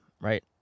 right